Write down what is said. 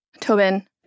Tobin